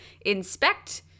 inspect